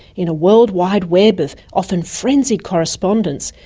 in a world wide web of often frenzied correspondence,